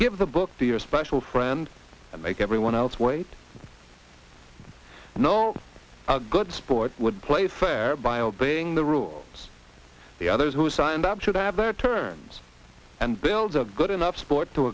give the book to your special friend and make everyone else wait no a good sport would play fair by obeying the rules the others who signed up should have their terms and build a good enough sport to